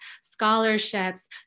scholarships